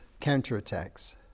counterattacks